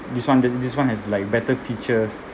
this one this one has like better features